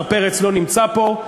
השר פרץ לא נמצא פה.